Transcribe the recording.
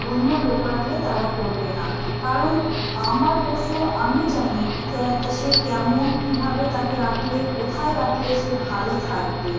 অন্য লোক রাখলে তারা করবে না কারণ আমার পশু আমি জানি হ্যাঁ তা সে কেমন কীভাবে তাকে রাখলে কোথায় রাখলে সে ভালো থাকবে